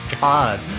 God